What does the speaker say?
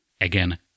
Again